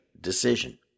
decision